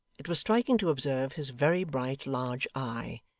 it was striking to observe his very bright large eye,